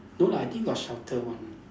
no lah I think got shelter one